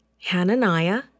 Hananiah